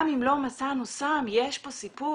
גם אם לא מצאנו סם, יש פה סיפור.